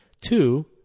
Two